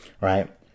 right